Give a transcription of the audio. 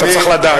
אתה צריך לדעת.